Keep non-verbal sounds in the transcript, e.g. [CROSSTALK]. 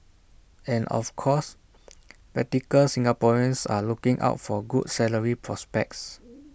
and of course practical Singaporeans are looking out for good salary prospects [NOISE]